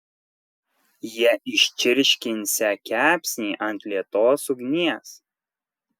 jie iščirškinsią kepsnį ant lėtos ugnies